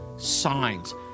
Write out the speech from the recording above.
signs